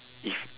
if